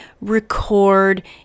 record